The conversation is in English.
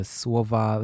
słowa